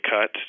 cut